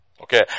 Okay